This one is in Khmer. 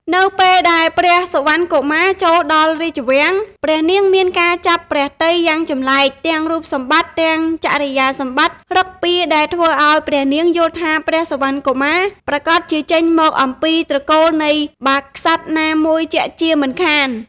នៅពេលដែលព្រះសុវណ្ណកុមារចូលដល់រាជវាំង ព្រះនាងមានការចាប់ព្រះទ័យយ៉ាងចម្លែក ទាំងរូបសម្បត្តិ ទាំងចរិយាសម្បត្តិ ឫកពា ដែលធ្វើឱ្យព្រះនាងយល់ថាព្រះសុវណ្ណកុមារប្រាកដជាចេញមកអំពីត្រកូលនៃបាក្សត្រណាមួយជាក់ជាមិនខាន។